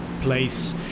place